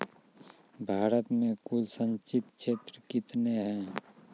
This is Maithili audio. भारत मे कुल संचित क्षेत्र कितने हैं?